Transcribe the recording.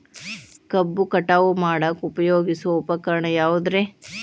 ಕಬ್ಬು ಕಟಾವು ಮಾಡಾಕ ಉಪಯೋಗಿಸುವ ಉಪಕರಣ ಯಾವುದರೇ?